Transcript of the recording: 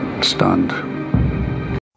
stunned